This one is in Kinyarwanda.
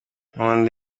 nkunda